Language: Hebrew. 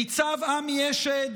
ניצב עמי אשד,